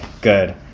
Good